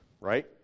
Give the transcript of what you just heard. right